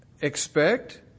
expect